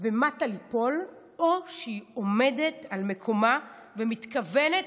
ומטה לנפול או שהיא עומדת על מקומה ומתכוונת